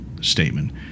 statement